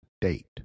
date